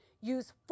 Use